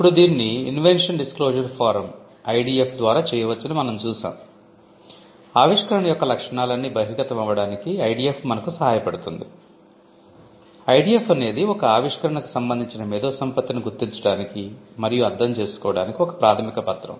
ఇప్పుడు దీన్ని invention disclosure form అనేది ఒక ఆవిష్కరణకు సంబంధించిన మేధోసంపత్తిని గుర్తించడానికి మరియు అర్ధం చేసుకోడానికి ఒక ప్రాథమిక పత్రం